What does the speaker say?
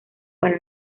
para